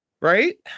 right